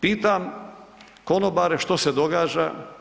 Pitam konobare što se događa?